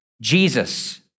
Jesus